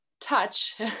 touch